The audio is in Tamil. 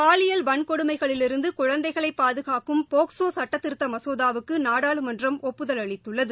பாலியல் வன்கொடுமைகளிலிருந்து குழந்தைகளை பாதுகாக்கும் போக்ஸோ சட்டத்திருத்த மசோதா வுக்கு நாடாளுமன்றம் ஒப்புதல் அளித்துள்ளது